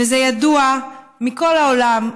וזה ידוע מכל העולם,